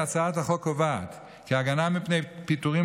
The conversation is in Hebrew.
הצעת החוק קובעת כי הגנה מפני פיטורין